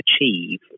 achieve